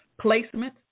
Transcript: placement